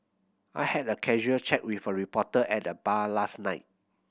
I had a casual chat with a reporter at the bar last night